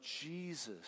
Jesus